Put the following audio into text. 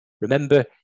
remember